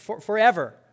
forever